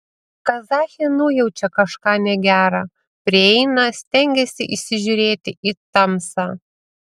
kazachė nujaučia kažką negera prieina stengiasi įsižiūrėti į tamsą